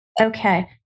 Okay